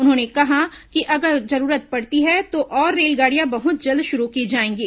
उन्होंने कहा कि अगर जरूरत पड़ती है तो और रेलगाड़ियां बहुत जल्द शुरू की जाएंगी